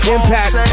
Impact